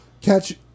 Catch